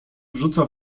rzuca